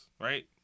right